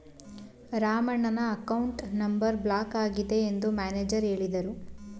ರಾಮಣ್ಣನ account number block ಆಗಿದೆ ಎಂದು manager ಹೇಳಿದರು